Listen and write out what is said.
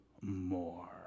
more